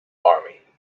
army